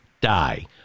die